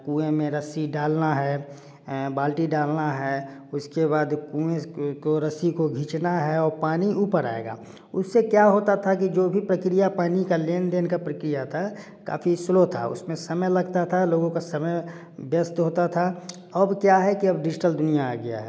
कुएँ में रस्सी डालना है बाल्टी डालना है उसके बाद कुआ को रस्सी को घींचना है और पानी भी ऊपर आएगा उससे क्या होता था जो भी प्रक्रिया पानी की लेनदेन की प्रक्रिया था काफी स्लो था उसमें समय लगता था लोगों का समय व्यस्त होता था अब क्या है डिजिटल दुनिया आ गया है